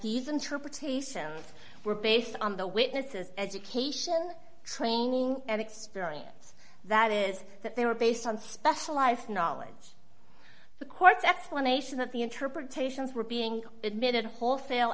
these interpretations were based on the witnesses education training and experience that is that they were based on specialized knowledge the court's explanation that the interpretations were being admitted whole